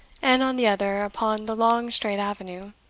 and, on the other, upon the long straight avenue,